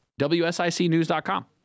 WSICnews.com